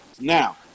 Now